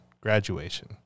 graduation